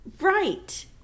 Right